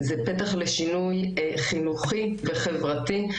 זה פתח לשינוי חינוכי וחברתי.